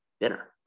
dinner